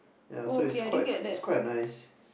ya so it's quite it's quite a nice